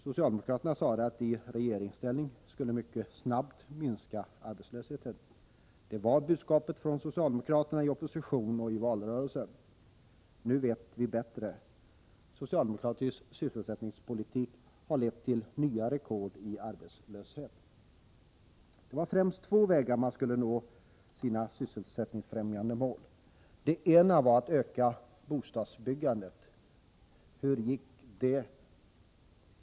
Socialdemokraterna sade att de i regeringsställning mycket snabbt skulle minska arbetslösheten. Det var budskapet från socialdemokraterna i opposition och i valrörelsen. Nu vet vi bättre. Socialdemokratisk sysselsättningspolitik har lett till nya rekord i arbetslöshet. Det var främst på två vägar man skulle nå sina sysselsättningsfrämjande mål. Den ena var att öka bostadsbyggandet. Hur gick det?